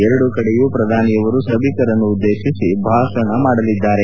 ಎರಡೂ ಕಡೆಯೂ ಪ್ರಧಾನಿಯವರು ಸಭಿಕರನ್ನು ಉದ್ದೇಶಿಸಿ ಭಾಷಣ ಮಾಡಲಿದ್ದಾರೆ